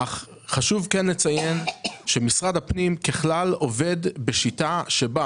חשוב לציין שמשרד הפנים ככלל עובד בשיטה שבה